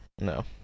No